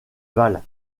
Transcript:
valent